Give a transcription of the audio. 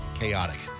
chaotic